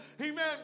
Amen